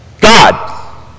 God